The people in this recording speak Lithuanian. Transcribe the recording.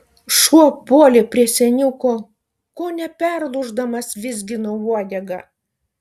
šuo puolė prie seniuko kone perlūždamas vizgino uodegą